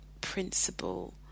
principle